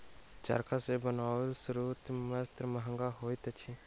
चरखा सॅ बनाओल सूतक वस्त्र महग होइत अछि